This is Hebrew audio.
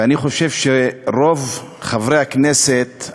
ואני חושב שרוב חברי הכנסת,